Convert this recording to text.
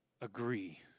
agree